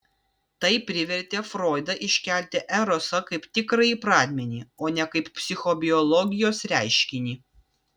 tai privertė froidą iškelti erosą kaip tikrąjį pradmenį o ne kaip psichobiologijos reiškinį